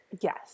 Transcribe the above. Yes